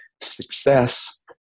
success